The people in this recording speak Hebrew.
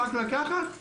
"רק לקחת".